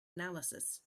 analysis